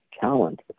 talent